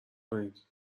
کنید